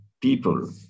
people